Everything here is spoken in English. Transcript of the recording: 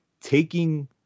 taking